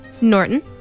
Norton